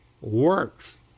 works